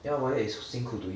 yeah wired is 辛苦 to 用